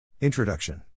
Introduction